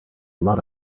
lot